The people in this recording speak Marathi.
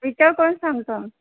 विचार करून सांगतो